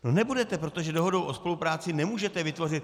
No nebudete, protože dohodou o spolupráci nemůžete vytvořit...